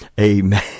Amen